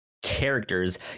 characters